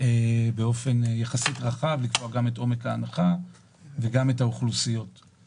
לקבוע באופן יחסי רחב את עומק ההנחה ואת האוכלוסיות.